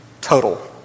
total